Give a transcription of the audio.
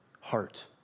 heart